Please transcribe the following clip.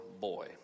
boy